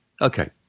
Okay